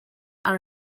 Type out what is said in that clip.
are